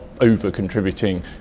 over-contributing